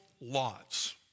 lots